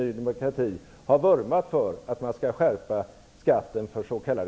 Ny demokrati, har vurmat för att man skall skärpa skatten för s.k.